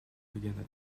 begin